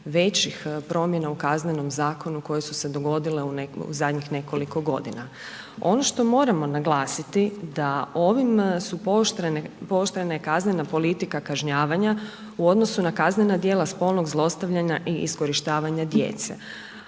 najvećih promjena u KZ-u koje su se dogodile u zadnjih nekoliko godina. Ono što moramo naglasiti da ovim pooštrena je kaznena politika kažnjavanja u odnosu na kaznena djela spolnog zlostavljanja i iskorištavanja djece.